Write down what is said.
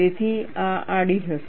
તેથી આ આડી હશે